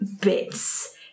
bits